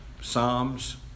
Psalms